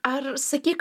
ar sakyk